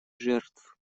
жертв